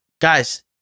Guys